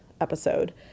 episode